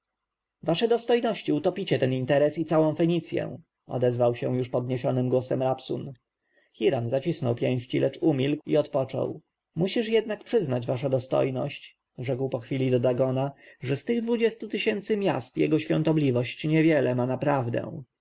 wasze dostojności utopicie ten interes i całą fenicję odezwał się już podniesionym głosem rabsun hiram zacisnął pięści lecz umilkł i odpoczął musisz jednak przyznać wasza dostojność rzekł po chwili do dagona że z tych dwudziestu tysięcy miast jego świątobliwość niewiele ma naprawdę